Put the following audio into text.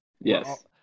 Yes